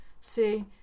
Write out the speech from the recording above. see